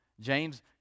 James